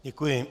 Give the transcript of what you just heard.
Děkuji.